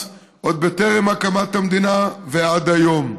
והשותפים לו טרם הקמת המדינה ועד היום,